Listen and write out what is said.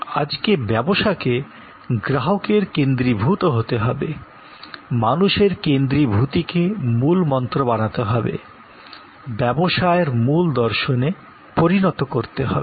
আজকে ব্যবসাকে গ্রাহকের কেন্দ্রীভূত হতে হবে মানুষের কেন্দ্রীভূতিকে মূল মন্ত্র বানাতে হবে ব্যবসায়ের মূল দর্শনে পরিণত করতে হবে